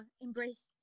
embrace